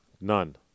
None